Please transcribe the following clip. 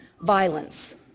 violence